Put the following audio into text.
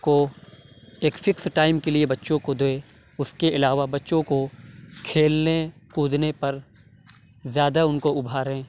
کو ایک fix time کے لیے بچوں کو دیں اُس کے علاوہ بچوں کو کھیلنے کودنے پر زیادہ اُن کو اُبھاریں